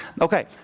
Okay